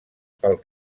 pel